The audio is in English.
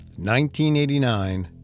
1989